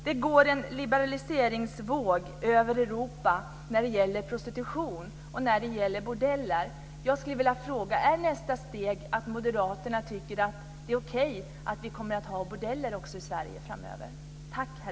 Det går en liberaliseringsvåg över Europa när det gäller prostitution och bordeller. Jag skulle vilja fråga om nästa steg är att moderaterna tycker att det är okej att vi har bordeller i Sverige också framöver.